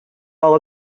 all